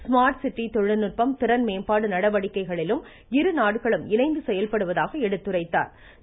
smart city தொழில்நுட்பம் திறன்மேம்பாடு நடவடிக்கைகளிலும் இருநாடுகளும் இணைந்து செயல்படுவதாக எடுத்துரைத்தாா்